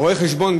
רואה-החשבון,